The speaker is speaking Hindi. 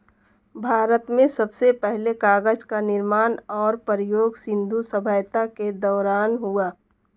भारत में सबसे पहले कागज़ का निर्माण और प्रयोग सिन्धु सभ्यता के दौरान हुआ